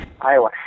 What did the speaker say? Iowa